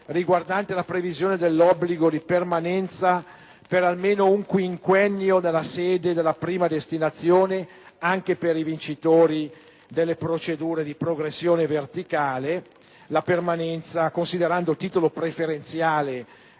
riguardante la previsione dell'obbligo di permanenza per almeno un quinquennio nella sede della prima destinazione anche per i vincitori delle procedure di progressione verticale, considerando come titolo preferenziale